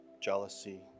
Jealousy